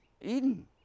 Eden